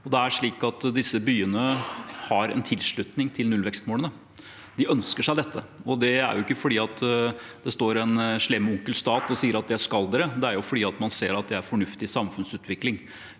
lokalpolitikere. Disse byene har en tilslutning til nullvekstmålet. De ønsker seg dette, og det er ikke fordi det står en slem onkel stat og sier at dette skal de, det er fordi de ser at det er fornuftig samfunnsutvikling.